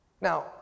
Now